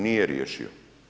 Nije riješio.